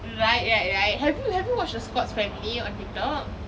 right right right have you have you watched the scott's family on TikTok